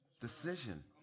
decision